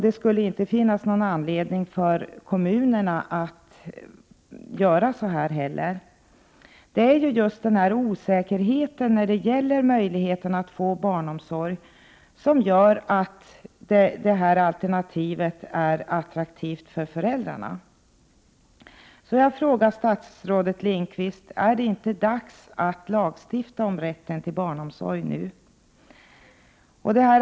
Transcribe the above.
Det skulle inte heller finnas anledning för kommunerna att göra det. Det är just osäkerheten när det gäller möjligheterna att få barnomsorg som gör att detta alternativ är attraktivt för föräldrarna. Jag frågar statsrådet Lindqvist: Är det inte dags att lagstifta om rätten till barnomsorg nu?